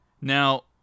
Now